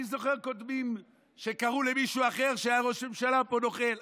אני זוכר קודמים שקראו למישהו אחר שהיה ראש ממשלה פה "נוכל",